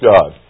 God